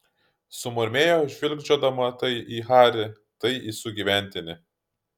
sumurmėjo žvilgčiodama tai į harį tai į sugyventinį